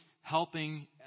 helping